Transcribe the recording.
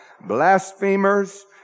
blasphemers